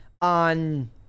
On